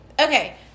Okay